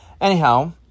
Anyhow